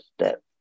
step